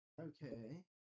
Okay